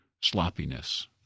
sloppiness